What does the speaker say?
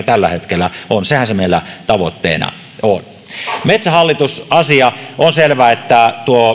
tällä hetkellä on sehän se meillä tavoitteena on metsähallitus asia on selvää että